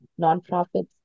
nonprofits